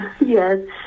yes